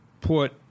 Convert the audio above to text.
put